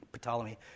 Ptolemy